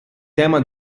tema